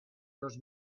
dos